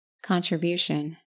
Contribution